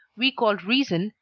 we call reason,